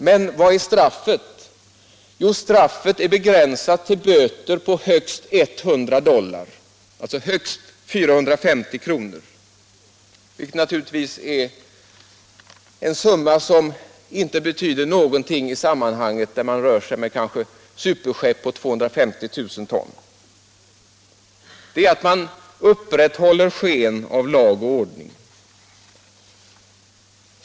Men vad är straffet? Jo, straffet är begränsat till böter på högst 100 dollar, alltså högst 450 kr. Detta är naturligtvis en summa som inte betyder någonting i sammanhanget när man kanske rör sig med superskepp på 250 000 ton. Det är att upprätthålla ett sken av lag och ordning.